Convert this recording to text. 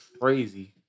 crazy